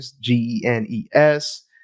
g-e-n-e-s